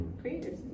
creators